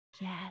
yes